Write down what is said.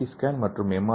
D scan மற்றும் M